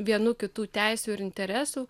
vienų kitų teisių ir interesų